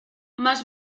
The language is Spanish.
más